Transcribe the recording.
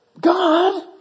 God